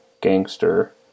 gangster